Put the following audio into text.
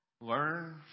Learn